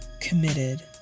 committed